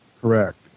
correct